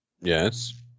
Yes